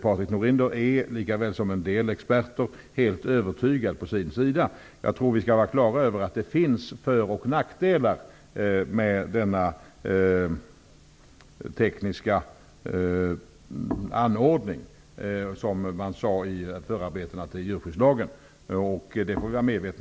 Patrik Norinder är, likaväl som en del experter, helt övertygad om sin ståndpunkt. Jag tror att vi måste ha klart för oss att det finns föroch nackdelar med denna tekniska anordning, vilket man sade i förarbetena till djurskyddslagen.